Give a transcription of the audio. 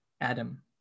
Adam